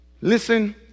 Listen